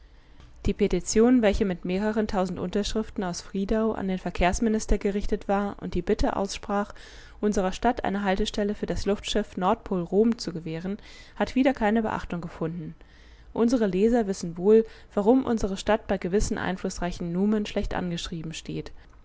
die petition welche mit mehreren tausend unterschriften aus friedau an den verkehrsminister gerichtet war und die bitte aussprach unserer stadt eine haltestelle für das luftschiff nordpol rom zu gewähren hat wieder keine beachtung gefunden unsere leser wissen wohl warum unsere stadt bei gewissen einflußreichen numen schlecht angeschrieben steht